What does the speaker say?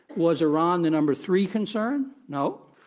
was iran the number three concern? no.